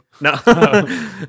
No